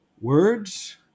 words